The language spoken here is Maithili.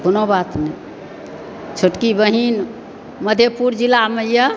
कोनो बात नहि छोटकी बहिन मधेपुर जिलामे यऽ